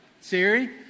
Siri